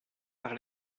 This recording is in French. par